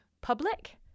public